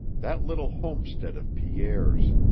that little homestead of pierre's!